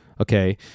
Okay